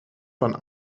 van